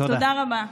תודה רבה.